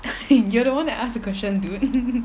you're that one that ask the question dude